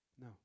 No